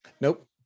Nope